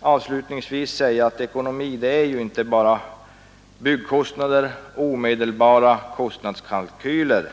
Avslutningsvis vill jag säga att ekonomi inte bara är byggkostnader och omedelbara kostnadskalkyler.